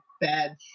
bad